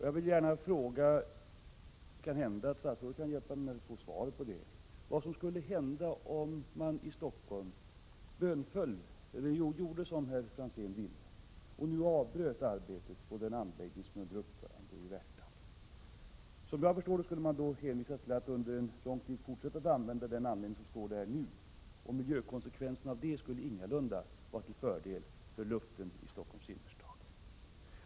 Jag vill gärna fråga — kanhända statsrådet kan hjälpa mig att få svar på det — vad som skulle hända om man i Stockholm gjorde som herr Franzén vill och avbröt arbetet på den anläggning som är under uppförande i Värtan. Som jag förstår det, skulle man då hänvisas till att under en lång tid fortsätta att använda den anläggning som står där nu, och miljökonsekvenserna av det skulle ingalunda vara till fördel för luften i Stockholms innerstad.